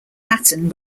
patton